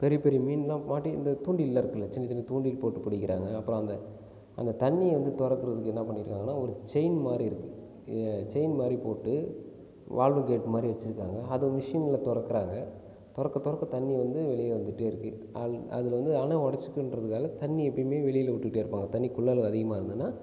பெரிய பெரிய மீனு எல்லாம் போட்டு இந்த தூண்டிலெலாம் இருக்கும்ல சின்ன சின்ன தூண்டில் போட்டு பிடிக்கிறாங்க அப்புறம் அந்த அந்த தண்ணி வந்து திறக்குறதுக்கு என்னா பண்ணியிருக்காங்கன்னா ஒரு செயின் மாதிரி இருக்கும் செயின் மாதிரி போட்டு வால்வு கேட் மாதிரி வச்சிருக்காங்க அதை மிஷினில் திறக்குறாங்க திறக்க திறக்க தண்ணி வந்து வெளியே வந்துகிட்டே இருக்குது அதில் வந்து அணை உடச்சிக்கும்ன்றதுனால தண்ணி எப்போயுமே வெளியில் விட்டுக்கிட்டே இருப்பாங்க தண்ணி குழல் அதிகமாக இருந்ததுன்னா